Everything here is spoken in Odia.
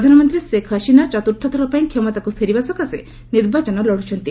ପ୍ରଧାନମନ୍ତ୍ରୀ ଶେଖ୍ ହସିନା ଚତୁର୍ଥ ଥର ପାଇଁ କ୍ଷମତାକୁ ଫେରିବା ସକାଶେ ନିର୍ବାଚନ ଲଢୁଛନ୍ତି